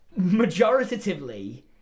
majoritatively